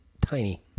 tiny